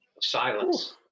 silence